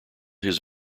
his